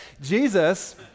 Jesus